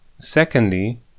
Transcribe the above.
Secondly